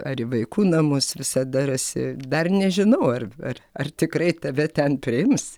ar į vaikų namus visada rasi dar nežinau ar ar tikrai tave ten priims